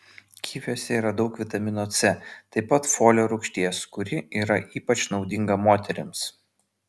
kiviuose yra daug vitamino c taip pat folio rūgšties kuri yra ypač naudinga moterims